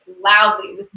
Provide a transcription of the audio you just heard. loudly